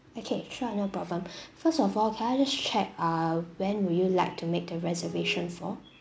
okay sure no problem first of all can I just check uh when would you like to make the reservation for